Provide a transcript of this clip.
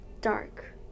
dark